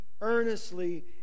earnestly